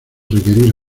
requerir